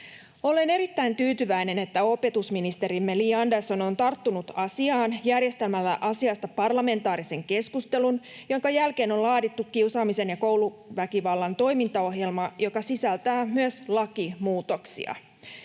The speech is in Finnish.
Olen erittäin tyytyväinen, että opetusministerimme Li Andersson on tarttunut asiaan järjestämällä asiasta parlamentaarisen keskustelun, jonka jälkeen on laadittu kiusaamisen ja kouluväkivallan ehkäisyn toimintaohjelma, joka sisältää myös lakimuutoksia.